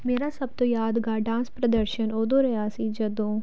ਮੇਰਾ ਸਭ ਤੋਂ ਯਾਦਗਾਰ ਡਾਂਸ ਪ੍ਰਦਰਸ਼ਨ ਉਦੋਂ ਰਿਹਾ ਸੀ ਜਦੋਂ